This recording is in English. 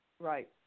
Right